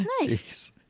Nice